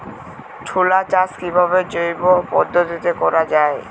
ছোলা চাষ কিভাবে জৈব পদ্ধতিতে করা যায়?